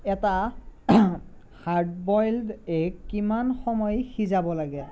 এটা hard boiled egg কিমান সময় সিজাব লাগে